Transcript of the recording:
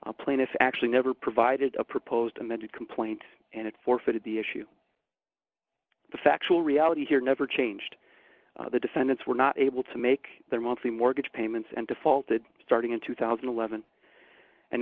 so plaintiff actually never provided a proposed amended complaint and it forfeited the issue the factual reality here never changed the defendants were not able to make their monthly mortgage payments and defaulted starting in two thousand and eleven and